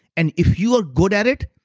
and if you are good at it,